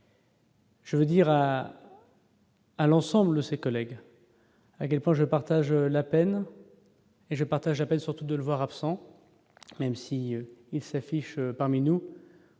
Je veux dire, hein. à l'ensemble ses collègues pas je partage la peine et je partage appelle surtout de le voir absent, même si il s'affiche parmi nous.